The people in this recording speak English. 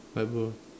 light blue